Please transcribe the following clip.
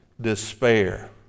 despair